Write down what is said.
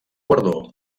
guardó